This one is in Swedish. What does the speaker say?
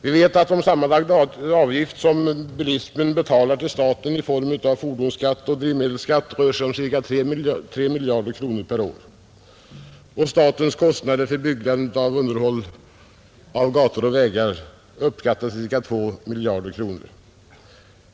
Vi vet att den sammanlagda avgift som bilismen betalar in till staten i form av fordonsskatt och drivmedelsskatt rör sig om ca 3 miljarder kronor per år, och statens kostnader för byggande och underhåll av gator och vägar uppskattas till ca 2 miljarder kronor.